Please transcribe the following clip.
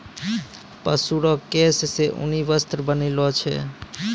पशु रो केश से ऊनी वस्त्र बनैलो छै